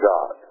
God